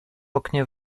oknie